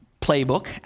playbook